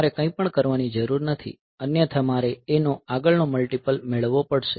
તમારે કંઈપણ કરવાની જરૂર નથી અન્યથા મારે A નો આગળનો મલ્ટીપલ મેળવવો પડશે